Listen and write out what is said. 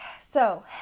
so-